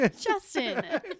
Justin